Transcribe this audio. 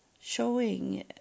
showing